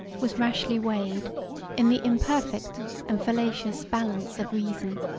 was rashly weighed in the imperfect and fallacious balance of reason.